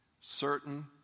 certain